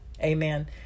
Amen